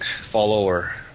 follower